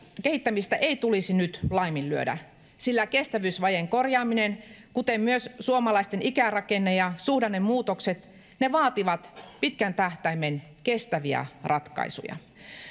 kehittämistä ei tulisi nyt laiminlyödä sillä kestävyysvajeen korjaaminen kuten myös suomalaisten ikärakenne ja suhdannemuutokset vaativat pitkän tähtäimen kestäviä ratkaisuja